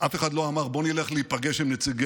אף אחד לא אמר: בואו נלך להיפגש עם נציגי